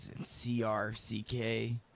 C-R-C-K